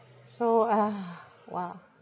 so uh !wah!